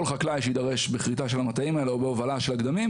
חקלאי שיידרש בכריתה של המטעים האלו או בהובלה של הגדמים,